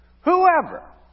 whoever